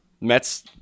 Mets